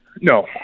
No